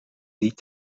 niet